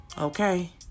Okay